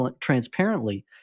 transparently